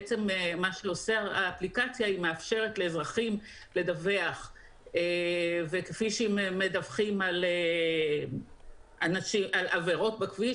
האפליקציה מאפשרת לאזרחים לדווח וכפי שהם מדווחים על עבירות בכביש,